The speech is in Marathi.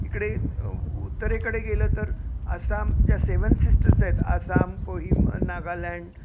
इकडे उत्तरेकडे गेलं तर आसाम ज्या सेवन सिस्टर्स आहेत आसाम कोहीम नागालँड